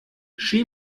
she